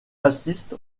assiste